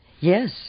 yes